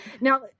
Now